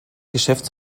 geschäft